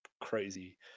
crazy